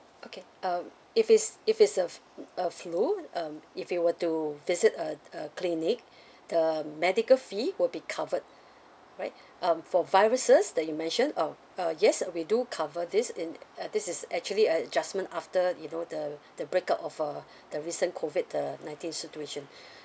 okay um if it's if it's uh a flu um if you were to visit uh a clinic the medical fees would be covered right um for viruses that you mentioned um uh yes we do cover this in uh this is actually adjustment after you know the the break out of uh the recent COVD the nineteen situation